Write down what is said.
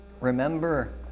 Remember